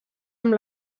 amb